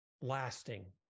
lasting